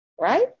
right